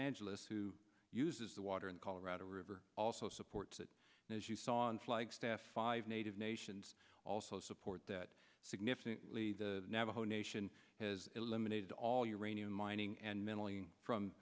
angeles who uses the water and colorado river also supports it as you saw in flagstaff five native nations also support that significantly the navajo nation has eliminated all uranium mining and mentally from